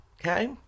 okay